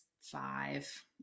five